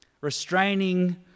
restraining